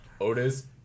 Otis